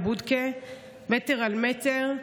בבודקה מטר על מטר,